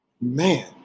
Man